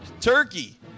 turkey